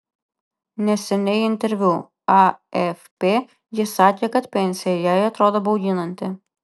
neseniai interviu afp ji sakė kad pensija jai atrodo bauginanti